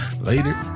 later